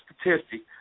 statistic